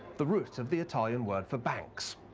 the root of the itaiian word for banks.